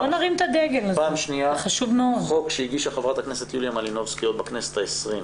חוק שהגישה חברת הכנסת יוליה מלינובסקי עוד בכנסת ה-20.